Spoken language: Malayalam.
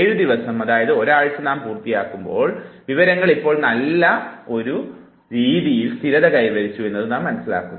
7 ദിവസം അതായത് ഒരാഴ്ച നാം പൂർത്തിയാക്കുമ്പോൾ വിവരങ്ങൾ ഇപ്പോൾ വളരെ നല്ല രീതിയിൽ സ്ഥിരത കൈവരിച്ചു എന്നത് നാം മനസ്സിലാക്കുന്നു